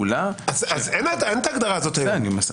אין את ההגדרה הזו היום.